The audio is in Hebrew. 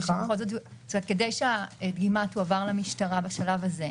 כדי שהדגימה תועבר למשטרה בשלב הזה,